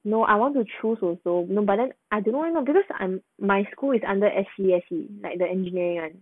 no I want to choose also no but then I don't know why not because I'm my school is under S_C_S_E like the engineering [one]